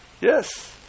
yes